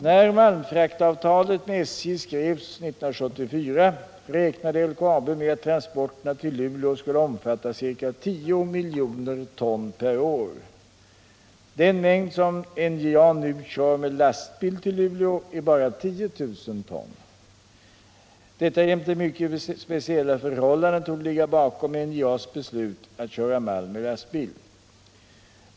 När malmfraktavtalet med SJ skrevs 1974 räknade LKAB med att transporterna till Luleå skulle omfatta ca 10 miljoner ton per år. Den mängd som NJA nu kör med lastbil till Luleå är bara 10 000 ton. Detta jämte andra mycket speciella förhållanden torde ligga bakom NJA:s beslut att köra malm med lastbil.